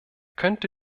könnte